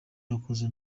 yakoze